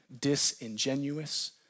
disingenuous